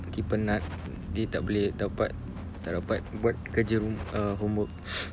nanti penat nanti tak boleh dapat tak dapat buat kerja rumah err homework